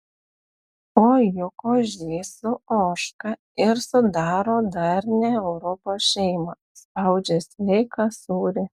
o juk ožys su ožka ir sudaro darnią europos šeimą spaudžia sveiką sūrį